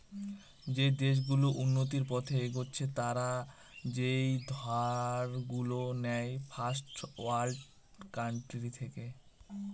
যে দেশ গুলো উন্নতির পথে এগচ্ছে তারা যেই ধার গুলো নেয় ফার্স্ট ওয়ার্ল্ড কান্ট্রি থেকে